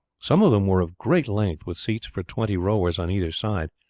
some of them were of great length, with seats for twenty rowers on either side,